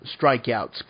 strikeouts